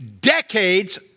decades